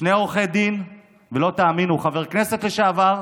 שני עורכי דין, ולא תאמינו, חבר כנסת לשעבר.